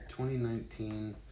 2019